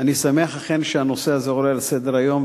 אני שמח אכן שהנושא הזה עולה לסדר-היום,